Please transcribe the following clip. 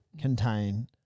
contain